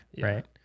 right